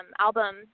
album